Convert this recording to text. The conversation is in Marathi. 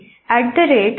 iisctagmail